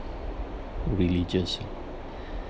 religious